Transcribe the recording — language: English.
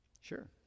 Sure